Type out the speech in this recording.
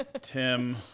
Tim